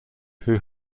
who